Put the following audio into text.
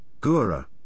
Gura